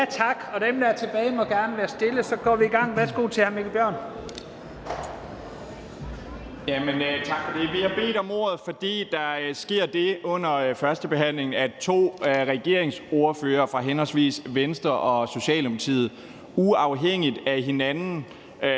salen. Dem, der er tilbage, må gerne være stille. Så går vi i gang. Værsgo til hr. Mikkel Bjørn. Kl. 13:05 (Ordfører) Mikkel Bjørn (DF): Tak for det. Vi har bedt om ordet, fordi der under førstebehandlingen sker det, at to regeringsordførere fra henholdsvis Venstre og Socialdemokratiet uafhængigt af hinanden